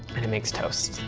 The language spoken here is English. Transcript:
and it makes toast.